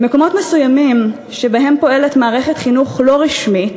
במקומות מסוימים שבהם פועלת מערכת חינוך לא רשמית